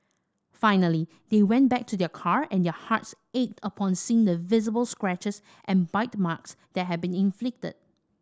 finally they went back to their car and their hearts ached upon seeing the visible scratches and bite marks that had been inflicted